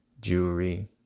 jewelry